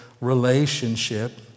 relationship